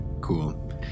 Cool